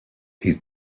his